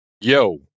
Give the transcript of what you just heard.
Yo